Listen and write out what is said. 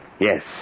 Yes